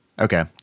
Okay